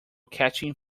catching